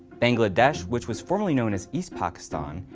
bangladesh, which was formerly known as east pakistan,